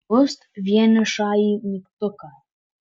spust vienišąjį mygtuką